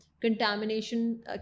contamination